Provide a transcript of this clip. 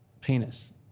penis